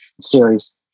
series